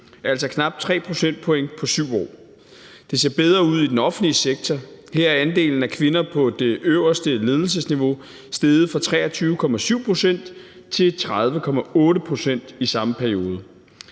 altså knap 3 procentpoint på syv år. Det ser bedre ud i den offentlige sektor: Her er andelen af kvinder på det øverste ledelsesniveau steget fra 23,7 pct. til 30,8 pct. i samme periode.